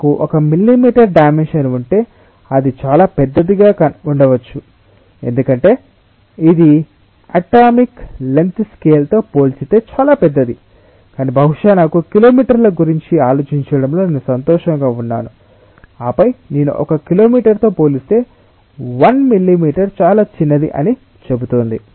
నాకు 1 millimetre dimension ఉంటే అది చాలా పెద్దదిగా ఉండవచ్చు ఎందుకంటే ఇది అటామిక్ లెంగ్త్ స్కేల్తో పోల్చితే చాలా పెద్దది కానీ బహుశా నాకు కిలోమీటర్ల గురించి ఆలోచించడంలో నేను సంతోషంగా ఉన్నాను ఆపై నేను 1 కిలోమీటరుతో పోలిస్తే 1 మిల్లీమీటర్ చాలా చిన్నది అని చెబుతుంది